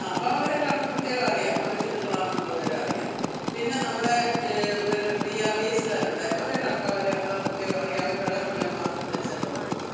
ആ അപ്പം അവരെ കാണുമ്പം പ്രത്യേകം അറിയാം അവർ ഹിന്ദുക്കളാണെന്നുള്ള വിവരം അറിയാം പിന്നെ നമ്മുടെ ഇവർ പി ആർ ഡി എസ്ക്കാരുണ്ട് അവരെ കാണുമ്പം ഒരു പ്രത്യേകം അറിയാം അവർ വെള്ളയും വെള്ളയും മാത്രം ധരിച്ചേ പോകത്തുള്ളൂ